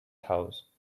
house